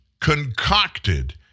concocted